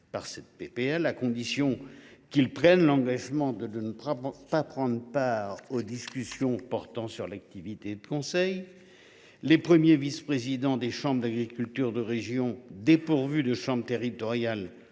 ouverte à la condition qu’ils prennent l’engagement de ne pas prendre part aux discussions portant sur l’activité de conseil. Les premiers vice présidents des chambres d’agriculture de région dépourvues de chambre territoriale